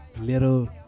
Little